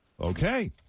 Okay